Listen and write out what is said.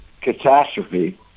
catastrophe